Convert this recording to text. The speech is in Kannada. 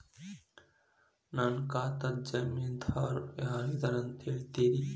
ನನ್ನ ಖಾತಾದ್ದ ಜಾಮೇನದಾರು ಯಾರ ಇದಾರಂತ್ ಹೇಳ್ತೇರಿ?